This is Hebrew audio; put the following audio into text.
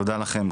תודה לכם.